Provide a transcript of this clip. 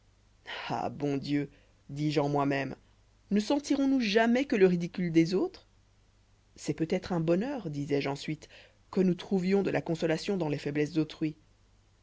ah bon dieu dis-je en moi-même ne sentirons nous jamais que le ridicule des autres c'est peut-être un bonheur disois je ensuite que nous trouvions de la consolation dans les faiblesses d'autrui